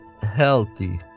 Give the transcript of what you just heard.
healthy